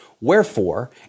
Wherefore